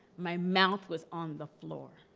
my mouth was on the floor.